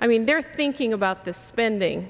i mean they're thinking about the spending